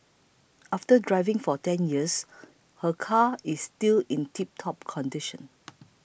after driving for ten years her car is still in tiptop condition